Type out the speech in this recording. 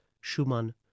Schumann